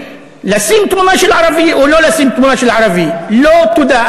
"לשים תמונה של ערבי או לא לשים תמונה של ערבי" לא תודה,